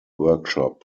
workshop